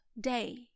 day